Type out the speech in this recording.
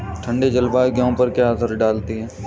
ठंडी जलवायु गेहूँ पर क्या असर डालती है?